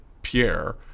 pierre